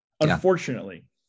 unfortunately